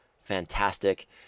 fantastic